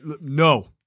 No